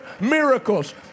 miracles